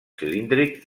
cilíndrics